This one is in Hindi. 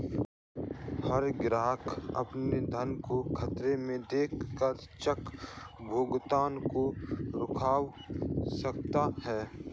हर ग्राहक अपने धन को खतरे में देख कर चेक भुगतान को रुकवा सकता है